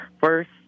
First